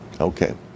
Okay